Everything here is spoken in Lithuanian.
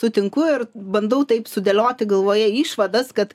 sutinku ir bandau taip sudėlioti galvoje išvadas kad